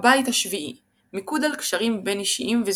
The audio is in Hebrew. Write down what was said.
הבית ה-7 - מיקוד על קשרים בינאישיים וזוגיות.